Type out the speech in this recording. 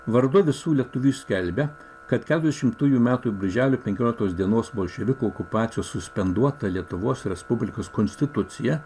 vardu visų lietuvių skelbia kad keturiasdešimtųjų metų birželio penkioliktos dienos bolševikų okupacijos suspenduota lietuvos respublikos konstitucija